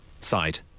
Side